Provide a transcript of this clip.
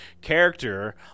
character